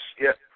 yes